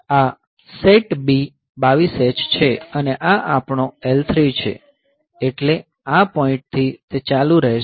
આ SETB 22 H છે અને આ આપણો L3 છે એટલે આ પોઈન્ટ થી તે ચાલુ રહેશે